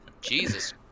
Jesus